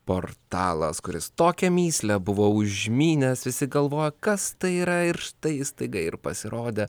portalas kuris tokią mįslę buvo užmynęs visi galvoja kas tai yra ir štai jis staiga ir pasirodė